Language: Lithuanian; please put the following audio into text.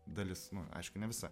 dalis nu aišku ne visa